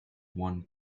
one